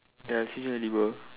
ya sea urchin edible